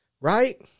Right